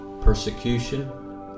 persecution